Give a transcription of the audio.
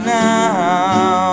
now